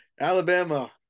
Alabama